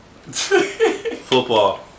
Football